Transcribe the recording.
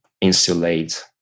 insulate